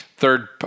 third